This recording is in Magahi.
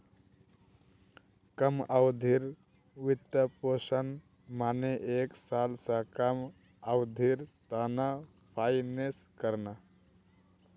कम अवधिर वित्तपोषण माने एक साल स कम अवधिर त न फाइनेंस करना